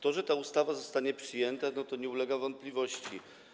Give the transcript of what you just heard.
To, że ta ustawa zostanie przyjęta, nie ulega wątpliwości.